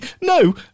No